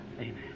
Amen